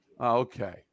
Okay